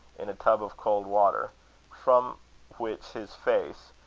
in a tub of cold water from which his face,